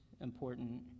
important